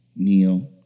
Kneel